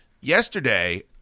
Yesterday